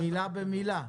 מילה במילה?